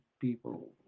people